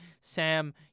Sam